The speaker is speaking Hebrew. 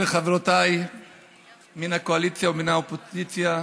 וחברותיי מן הקואליציה ומן האופוזיציה,